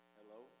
Hello